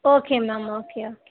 okay ma'am okay okay